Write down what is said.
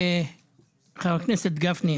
חבר הכנסת גפני,